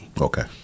Okay